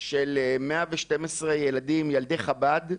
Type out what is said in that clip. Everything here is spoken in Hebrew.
של 112 ילדים, ילדי חב"ד,